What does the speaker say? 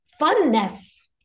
funness